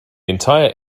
entire